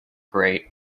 great